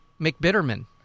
McBitterman